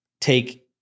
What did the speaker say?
take –